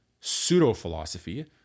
pseudo-philosophy